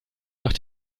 nach